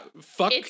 fuck